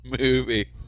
movie